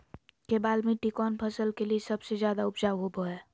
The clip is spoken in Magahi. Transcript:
केबाल मिट्टी कौन फसल के लिए सबसे ज्यादा उपजाऊ होबो हय?